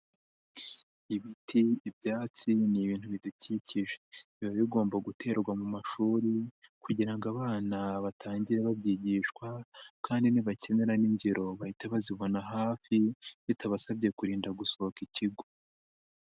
Ibiti, ibyatsi ni ibintu bidukikije, biba bigomba guterwa mu mashuri kugira ngo abana batangire babyigishwa kandi nibakenera n'ingero bahite bazibona hafi, bitabasabye kurinda gusohoka ikigo.